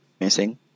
Missing